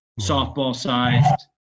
softball-sized